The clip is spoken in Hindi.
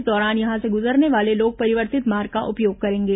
इस दौरान यहां से गुजरने वाले लोग परिवर्तित मार्ग का उपयोग करेंगे